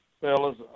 fellas